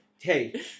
hey